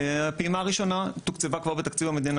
הפעימה הראשונה תוקצבה כבר בתקציב המדינה